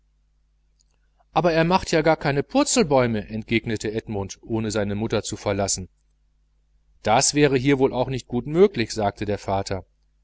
aber er macht ja keine purzelbäume entgegnete edmund ohne seine mutter zu verlassen das wäre hier wohl auch nicht gut möglich sagte der vater